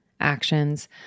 actions